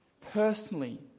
personally